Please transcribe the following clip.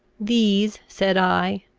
these, said i,